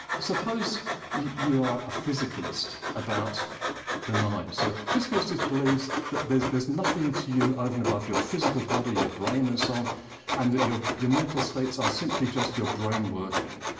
suppose you are a physicalist about the mind. so physicalists just believe that there's there's nothing to you over and above your physical body, your brain and so and and that your your mental states are simply just your brain working.